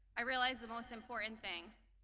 i realized the most important thing.